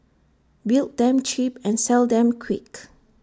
build them cheap and sell them quick